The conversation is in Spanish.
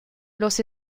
los